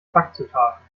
backzutaten